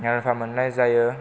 रां रुफा मोननाय जायो